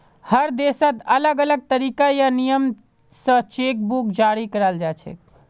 हर देशत अलग अलग तरीका या नियम स चेक बुक जारी कराल जाछेक